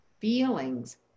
feelings